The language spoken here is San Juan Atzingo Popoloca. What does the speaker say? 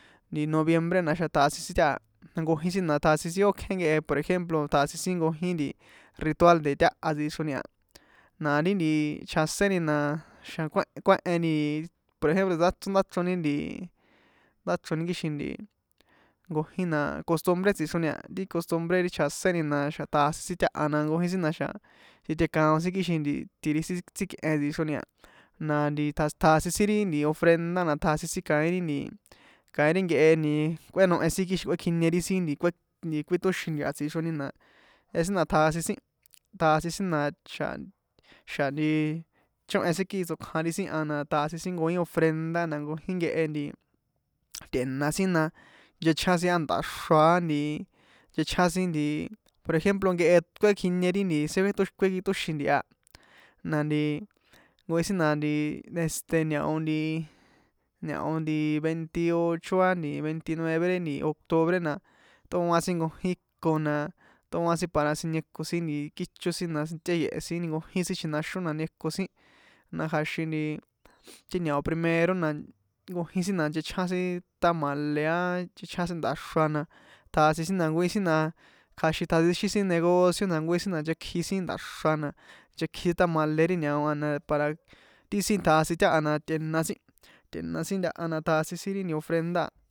Noviemnre na na̱xa̱ tjasin sin taha nkojin sin na tjasin sin ókje nkehe por ejemplo tjasin sin jnkojín ritual de taha tsixro a na ri nti chjaséni na xa kuén kuéheni por ejemplo tsóndachroni nti ndáchrini kixin nkojína costumbre tsixroni a ri costumbre ri chjaséni na na̱xa̱ tjasin sin taha na nkojin sin na na̱xa̱ titekaon sin kixin nti iti ti sin tsíkꞌen tsixroni na has tjasin sin ri ofrenda na tjasin kaín kaín ri nkehe kꞌuénohe sin kixin kuékjinie ri sin kué nti kuítóxin ntia tsixroni na jehe sin na tjasin sin tjasin sin na xa̱ xa̱ nti chóhen sin kii tsokjan ri sin a na tjasin sin nkojin ofrenda na tjasin nkojin nkehe nti tꞌe̱na sin na nchechján sin á nda̱xra á nchechján sin por ejemplo nkehe kuékjinie ri sin kuétoxin ntia na nti nkojin sin na nti desde ñao nti ñao nti veintiocho á nti veintinueve nti octubre na tꞌóan sin nkojin iko tꞌóan sin para sinieko sin kícho sin na tꞌéye̱he̱ sin nkojin sin chjinaxón na nieko sin na kja̱xin nti ti ñao primero na nkojin sin na nchechján sin tamale á nchechján sin nda̱xra na nkojin sin na kja̱xin tjasixín sin negocio na nkojín sin na nchekji sin nda̱xra na nchekji tamale ri ñao a na para ri sin tjasin taha na tꞌe̱na sin tꞌe̱na sin ntaha na tjasin sin ri nti ofrenda.